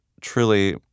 truly